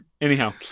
Anyhow